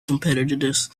competitiveness